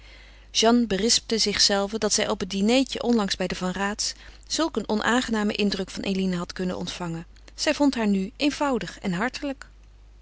jeanne berispte zichzelve dat zij op het dinertje onlangs bij de van raats zulk een onaangenamen indruk van eline had kunnen ontvangen zij vond haar nu eenvoudig en hartelijk